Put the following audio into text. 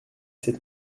sept